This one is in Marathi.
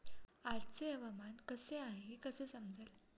आजचे हवामान कसे आहे हे कसे समजेल?